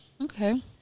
Okay